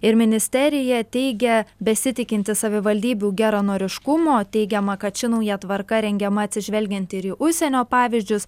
ir ministerija teigia besitikinti savivaldybių geranoriškumo teigiama kad ši nauja tvarka rengiama atsižvelgiant ir į užsienio pavyzdžius